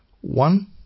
one